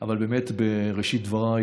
גם בערב.